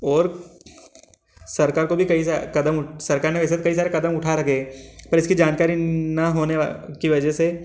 और सरकार को भी कई सा कदम सरकार ने वैसे तो कई सारे कदम उठा रखे है पर इसकी जानकारी ना होने वा की वजह से